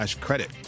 credit